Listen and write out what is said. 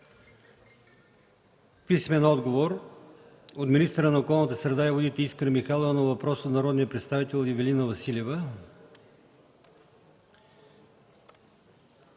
Ангелов; - министъра на околната среда и водите Искра Михайлова на въпрос от народния представител Ивелина Василева;